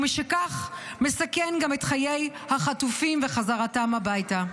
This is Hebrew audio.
ומשכך מסכנת גם את חיי החטופים וחזרתם הביתה.